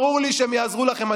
ברור לי שהם יעזרו לכם,